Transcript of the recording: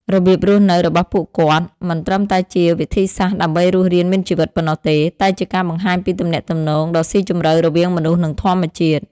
របៀបរស់នៅរបស់ពួកគាត់មិនត្រឹមតែជាវិធីសាស្រ្តដើម្បីរស់រានមានជីវិតប៉ុណ្ណោះទេ តែជាការបង្ហាញពីទំនាក់ទំនងដ៏ស៊ីជម្រៅរវាងមនុស្ស និងធម្មជាតិ។